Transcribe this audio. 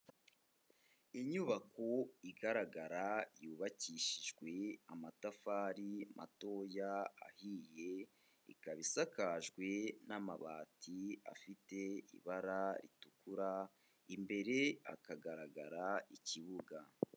Inyubako igaragara yubakishijwe amatafari matoya ahiye, ikaba isakajwe n'amabati afite ibara ritukura, imbere hakagaragara ikibuga.